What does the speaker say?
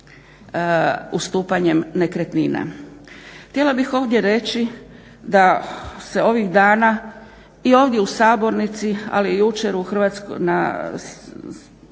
ustupanjem nekretnina.